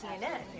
CNN